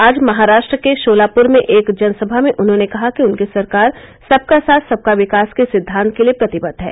आज महाराष्ट्र के शोलापुर में एक जनसभा में उन्होंने कहा कि उनकी सरकार सबका साथ सबका विकास के सिद्वांत के लिए प्रतिबद्ध है